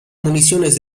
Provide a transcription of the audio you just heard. municiones